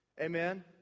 Amen